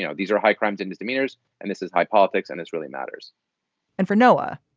yeah these are high crimes and misdemeanors and this is high politics and this really matters and for noah,